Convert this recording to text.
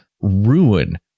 ruin